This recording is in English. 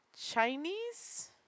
Chinese